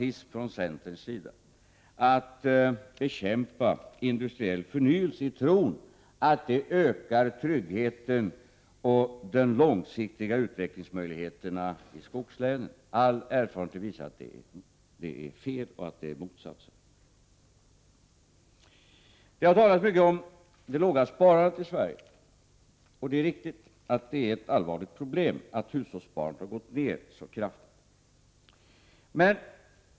1988/89:47 tism från centerns sida, att bekämpa industriell förnyelse i tron att det ökar 16 december 1988 tryggheten och de långsiktiga utvecklingsmöjligheterna i skogslänen. All EC erfarenhet visar att detta är fel och att förhållandet är det motsatta. ORSA Det har talats mycket om det låga sparandet i Sverige. Det är riktigt att det PORuska ålgärder, m.m. är ett allvarligt problem att hushållssparandet gått ned så kraftigt.